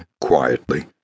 quietly